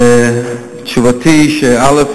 תשובתי, א.